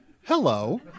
hello